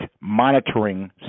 monitoring